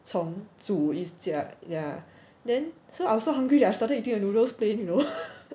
重煮一下 ya then so I was so hungry that I started eating the noodles plain you know